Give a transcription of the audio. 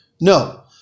No